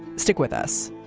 stick with us